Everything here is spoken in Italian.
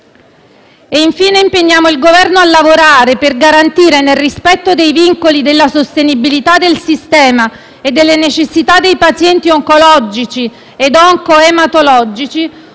Infine, impegniamo il Governo a lavorare per garantire, nel rispetto dei vincoli della sostenibilità del sistema e delle necessità dei pazienti oncologici e oncoematologici